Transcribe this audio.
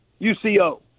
UCO